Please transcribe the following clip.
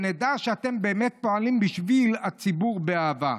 / שנדע שאתם באמת פועלים בשביל הציבור באהבה.